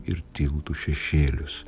ir tiltų šešėlius